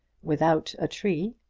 without a tree.